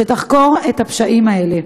שתחקור את הפשעים האלה.